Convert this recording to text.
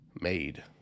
made